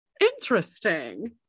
Interesting